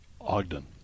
Ogden